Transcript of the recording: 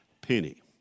penny